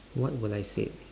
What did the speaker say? what will I say